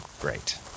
Great